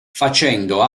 facendo